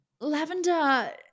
Lavender